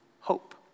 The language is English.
hope